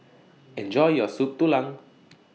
Enjoy your Soup Tulang